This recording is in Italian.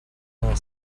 non